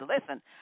Listen